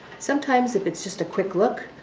sometimes if it's just a quick look,